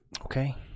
Okay